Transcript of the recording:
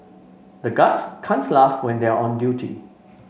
the guards laugh when they are on duty